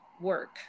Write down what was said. work